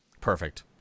Perfect